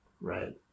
Right